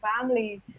family